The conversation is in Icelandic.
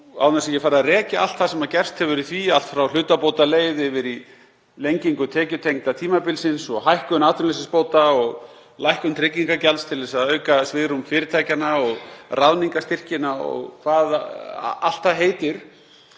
Án þess að ég fari að rekja allt það sem gerst hefur í því, allt frá hlutabótaleið yfir í lengingu tekjutengda tímabilsins og hækkun atvinnuleysisbóta og lækkun tryggingagjalds til að auka svigrúm fyrirtækjanna og ráðningarstyrkina og hvað allt það heitir,